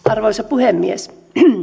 arvoisa puhemies